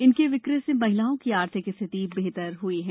इनके विकय से महिलाओं की आर्थिक स्थिति बेहतर हुई है